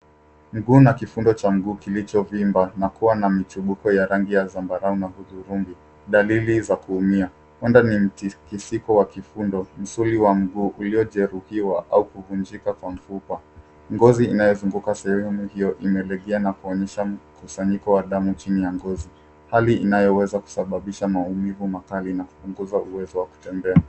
Mguu na kifundo cha mguu kilichofura na kuwa na michimbuko ya rangi ya zambarau na hudhurungi dalili za kuumia. Huenda ni mtikisiko wa kifundo, msuli wa mguu, uliojeruhiwa au kuvunjika kwa mfupa. Ngozi inayozunguka sehemu hiyo imelegea na kuonyesha mkusanyiko wa damu chini ya ngozi. Hali inayoweza kusababisha maumivu makali na kupunguza uwezo wa kutembea.